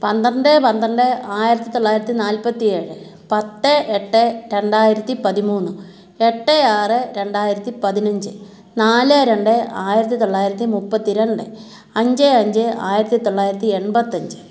പന്ത്രണ്ട് പന്ത്രണ്ട് ആയിരത്തി തൊള്ളായിരത്തി നാൽപത്തി ഏഴ് പത്ത് എട്ട് രണ്ടായിരത്തി പതിമൂന്ന് എട്ട് ആറ് രണ്ടായിരത്തി പതിനഞ്ച് നാല് രണ്ട് ആയിരത്തി തൊള്ളായിരത്തി മുപ്പത്തി രണ്ട് അഞ്ച് അഞ്ച് ആയിരത്തി തൊള്ളായിരത്തി എൺപത്തിയഞ്ച്